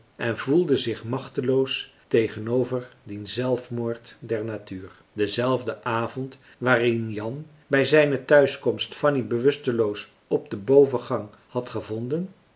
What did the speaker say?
en voelde zich machteloos tegenover dien zelfmoord der natuur denzelfden avond waarin jan bij zijne tehuiskomst marcellus emants een drietal novellen fanny bewusteloos op den bovengang had gevonden